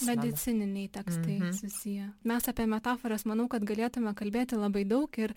medicininiai tekstai susiję mes apie metaforas manau kad galėtume kalbėti labai daug ir